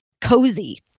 Cozy